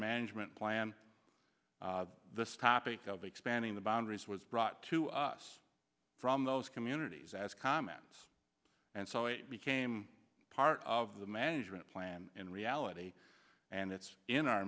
management plan this topic of expanding the boundaries was brought to us from those communities as comments and so it became part of the management plan in reality and it's in our